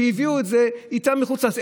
שהביאו את זה איתם מחוץ לארץ,